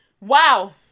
wow